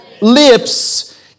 lips